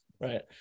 right